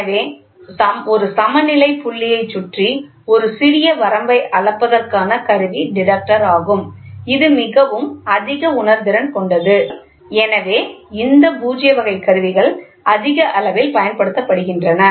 எனவே ஒரு சமநிலை புள்ளியைச் சுற்றி ஒரு சிறிய வரம்பை அளப்பதற்கான கருவி டிடெக்டர் ஆகும் இது மிகவும் அதிக உணர்திறன் கொண்டது எனவே இந்த பூஜ்ய வகை கருவிகள் அதிக அளவில் பயன்படுத்தப்படுகின்றன